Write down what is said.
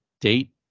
date